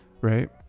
right